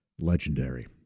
legendary